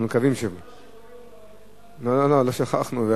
אנחנו מקווים, לא, לא שכחנו.